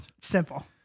Simple